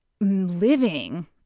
living